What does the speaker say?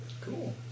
Cool